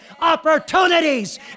opportunities